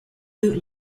boot